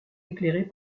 éclairé